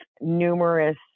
numerous